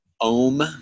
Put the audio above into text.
ohm